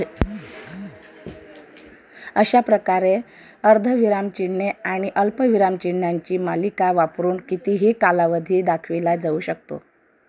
अशा प्रकारे अर्धविरामचिन्हे आणि अल्पविरामचिन्हांची मालिका वापरून कितीही कालावधी दाखविला जाऊ शकतो